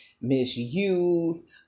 misused